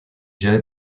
jay